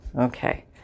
Okay